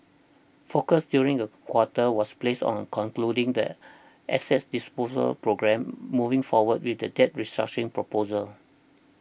focus during the quarter was placed on concluding the asset disposal programme moving forward with the debt restructuring proposal